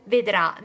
Vedrà